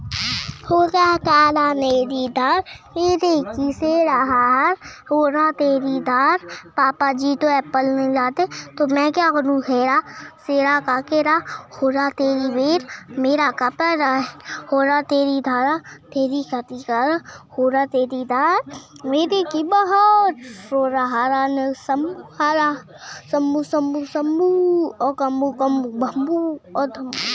रसायनिक तत्व क्या होते हैं?